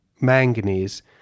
manganese